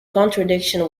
contradiction